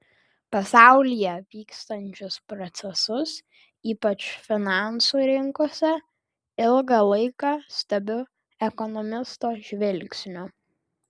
pasaulyje vykstančius procesus ypač finansų rinkose ilgą laiką stebiu ekonomisto žvilgsniu